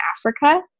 Africa